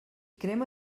crema